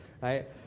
right